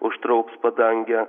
užtrauks padangę